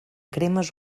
cremes